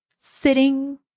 sitting